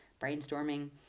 brainstorming